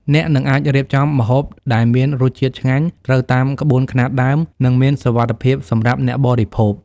អ្នកនឹងអាចរៀបចំម្ហូបដែលមានរសជាតិឆ្ងាញ់ ត្រូវតាមក្បួនខ្នាតដើម និងមានសុវត្ថិភាពសម្រាប់អ្នកបរិភោគ។